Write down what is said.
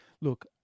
Look